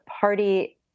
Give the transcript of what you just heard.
party